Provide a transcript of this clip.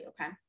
okay